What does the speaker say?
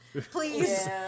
please